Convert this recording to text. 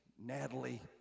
Natalie